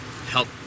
help